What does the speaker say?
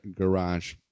garage